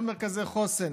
כל מרכזי חוסן,